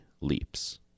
leaps